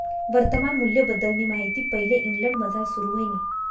वर्तमान मूल्यबद्दलनी माहिती पैले इंग्लंडमझार सुरू व्हयनी